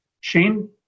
Shane